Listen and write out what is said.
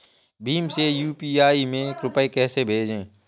भीम से यू.पी.आई में रूपए कैसे भेजें?